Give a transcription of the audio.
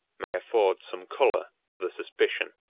may afford some color to the suspicion.